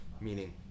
Meaning